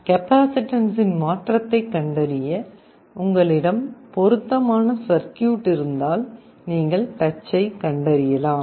கெபாசிட்டன்ஸின் மாற்றத்தைக் கண்டறிய உங்களிடம் பொருத்தமான சர்க்யூட் இருந்தால் நீங்கள் டச்சைக் கண்டறியலாம்